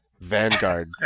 vanguard